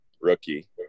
rookie